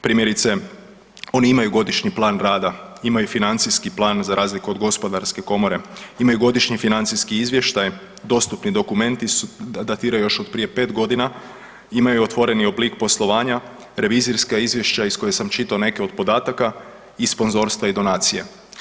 Primjerice, oni imaju godišnji plan rada, imaju financijski plan za razliku od gospodarske komore, imaju godišnji financijski izvještaj, dostupni dokumenti datiraju još od prije 5.g., imaju otvoreni oblik poslovanja, revizijska izvješća iz koje sam čitao neke od podataka i sponzorstva i donacija.